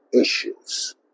issues